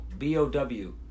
Bow